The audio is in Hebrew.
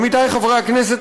עמיתיי חברי הכנסת,